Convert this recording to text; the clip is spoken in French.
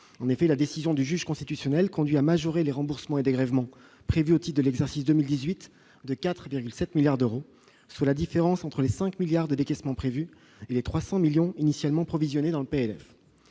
En effet, la décision du juge constitutionnel conduit à majorer les remboursements et dégrèvements prévus au titre de l'exercice 2018 de 4,7 milliards d'euros, soit la différence entre les 5 milliards de décaissements prévus et les 300 millions initialement provisionnés dans le PLF.